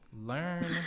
Learn